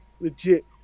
legit